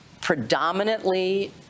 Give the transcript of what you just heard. predominantly